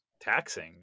taxing